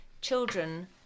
children